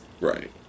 Right